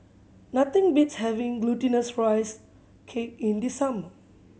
nothing beats having Glutinous Rice Cake in the summer